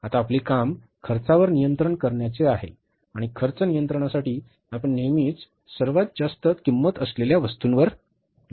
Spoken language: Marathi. आता आपली काम खर्चावर नियंत्रण करण्याच आहे आणि खर्च नियंत्रणासाठी आपण नेहमीच सर्वात जास्त किंमत असलेल्या वस्तूंवर लक्ष देतो